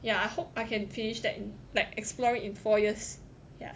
yeah I hope I can finish that like exploring in four years yeah